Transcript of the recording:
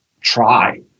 try